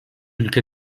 ülke